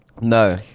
No